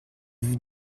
vous